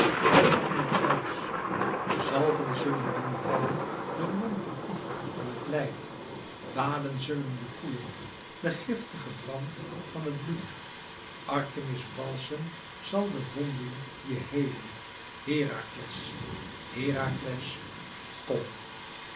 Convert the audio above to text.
kom in het huis zalven zullen doen vallen de lompen àf van het lijf baden zullen je koelen den giftigen brand van het bloed artemis balsem zal de wonden je heelen herakles herakles kom